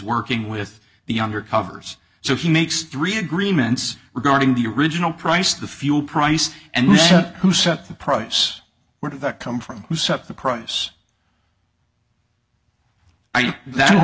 working with the younger covers so he makes three agreements regarding the original price the fuel price and who set the price where did that come from who set the price